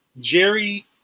Jerry